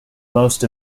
most